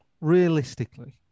realistically